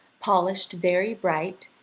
polished very bright,